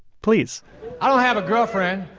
please i don't have a girlfriend.